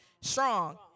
strong